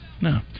No